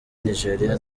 nigeria